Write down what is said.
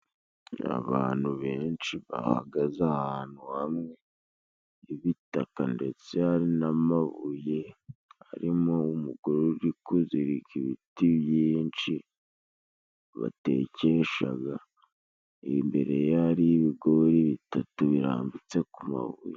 Abantu benshi bahagaze ahantu hamwe, hibitaka ndetse hari n'amabuye arimo umugore urikuzirika ibiti byinshi, batekeshaga imbereye hari ibigori bitatu birambitse ku mabuye.